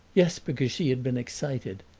yes, because she had been excited.